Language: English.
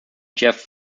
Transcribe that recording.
jeff